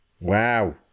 Wow